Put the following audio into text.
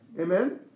Amen